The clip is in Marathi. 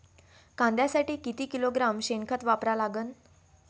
कांद्यासाठी किती किलोग्रॅम शेनखत वापरा लागन?